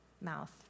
mouth